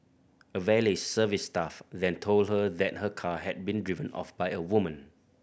a valet service staff then told her that her car had been driven off by a woman